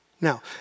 Now